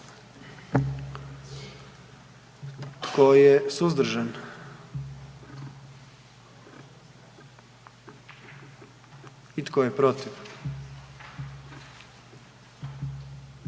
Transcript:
Tko je suzdržan? I tko je protiv?